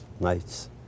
nights